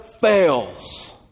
fails